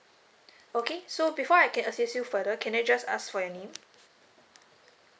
okay so before I can assist you further can I just ask for your name